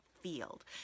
field